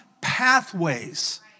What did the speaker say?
pathways